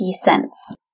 cents